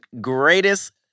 greatest